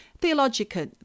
theological